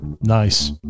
Nice